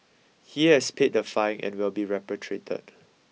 he has paid the fine and will be repatriated